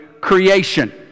creation